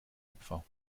opfer